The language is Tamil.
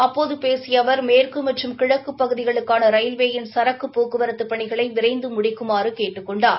அப்போது பேசிய அவர் மேற்கு மற்றும் கிழக்கு பகுதிகளுக்கான ரயில்வேயின் சரக்கு போக்குவரத்து பணிகளை விரைந்து முடிக்குமாறு கேட்டுக் கொண்டார்